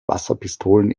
wasserpistolen